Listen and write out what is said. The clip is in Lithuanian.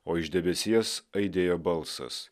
o iš debesies aidėjo balsas